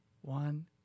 one